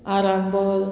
Arambol